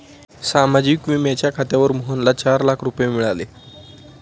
सामाजिक विम्याच्या खात्यावर मोहनला चार लाख रुपये मिळाले